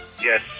Yes